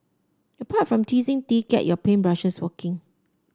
apart from teasing tea get your paint brushes working